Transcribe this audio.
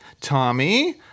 Tommy